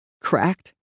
cracked